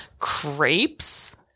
crepes